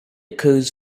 occurs